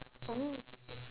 oh